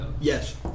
Yes